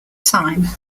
time